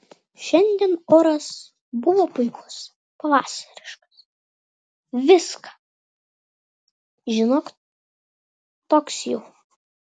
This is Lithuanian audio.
šiandien oras buvo puikus pavasariškas viską žinok toks jau